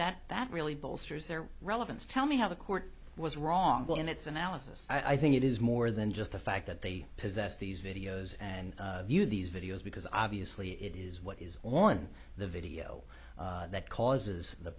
that that really bolsters their relevance tell me how the court was wrong in its analysis i think it is more than just the fact that they possess these videos and view these videos because obviously it is what is on the video that causes the